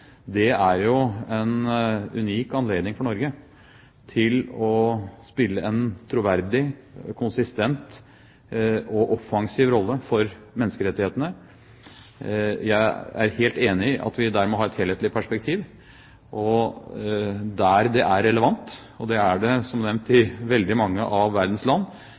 Det er jo en unik anledning for Norge til å spille en troverdig, konsistent og offensiv rolle for menneskerettighetene. Jeg er helt enig i at vi der må ha et helhetlig perspektiv. Og der det er relevant – og det er det, som nevnt, i veldig mange av verdens land